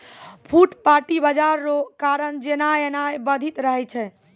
फुटपाटी बाजार रो कारण जेनाय एनाय बाधित रहै छै